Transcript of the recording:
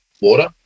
water